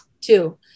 two